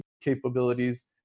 capabilities